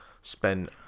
spent